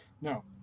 No